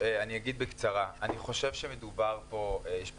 אני חושב שיש פה